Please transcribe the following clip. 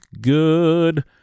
good